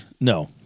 no